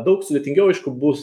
daug sudėtingiau aišku bus